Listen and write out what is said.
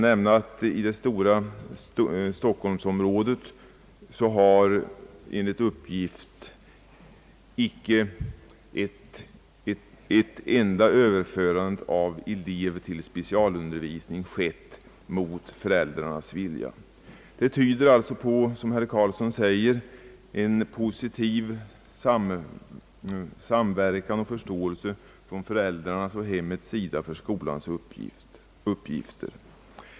I det stora stockholmsområdet har också enligt uppgift icke ett enda överförande av elev till specialundervisning skett mot föräldrarnas vilja. Det tyder alltså på en positiv samverkan och förståelse från föräldrarnas och hemmets sida för skolans uppgifter.